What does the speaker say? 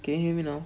can you hear me now